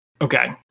Okay